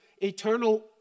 eternal